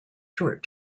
short